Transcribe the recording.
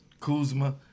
Kuzma